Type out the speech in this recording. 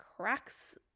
cracks